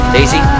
Daisy